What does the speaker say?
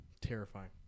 terrifying